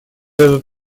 этот